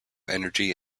energy